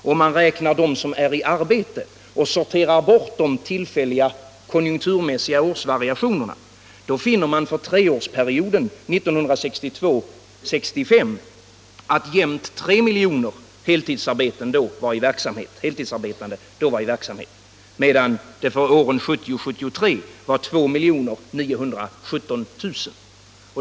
Om man räknar dem som är i arbete och sorterar bort de tillfälliga konjunkturmässiga årsvariationerna fick man för treårsperioden 1962-1965 att jämnt 3 miljoner heltidsarbetande var i verksamhet, medan för åren 1970-1973 antalet var 2917 000.